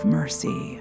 mercy